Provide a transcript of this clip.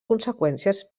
conseqüències